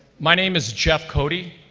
my name is jeff coady.